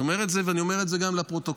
אני אומר את זה גם לפרוטוקול.